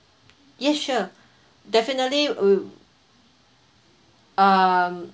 yes sure definitely um